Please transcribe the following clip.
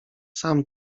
sam